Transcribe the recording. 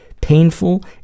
painful